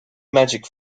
magic